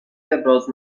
ابراز